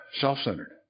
self-centered